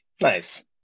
nice